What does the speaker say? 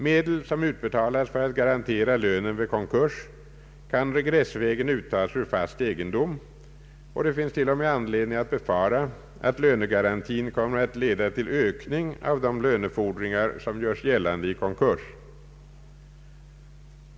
Medel som utbetalats för att garantera lönen vid konkurs kan regressvägen uttas ur fast egendom, och det finns till och med anledning att befara att lönegarantin kommer att leda till ökning av de lönefordringar som görs gällande i konkurs.